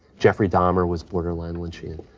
jeffrey dahmer was borderline lynchian.